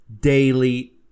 daily